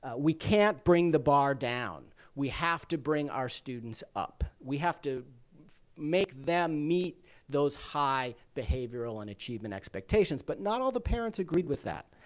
ah we can't bring the bar down. we have to bring our students up. we have to make them meet those high behavioral and achievement expectations. but not all the parents agreed with that,